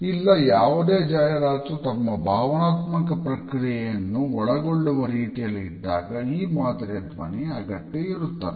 ಇಲ್ಲ ಯಾವುದೇ ಜಾಹಿರಾತು ನಮ್ಮ ಭಾವನಾತ್ಮಕ ಪ್ರತಿಕ್ರಿಯೆಯನ್ನು ಒಳಗೊಳ್ಳುವ ರೀತಿಯಲ್ಲಿ ಇದ್ದಾಗ ಈ ಮಾದರಿಯ ಧ್ವನಿಯ ಅಗತ್ಯ ಇರುತ್ತದೆ